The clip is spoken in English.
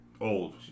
Old